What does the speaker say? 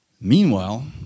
Meanwhile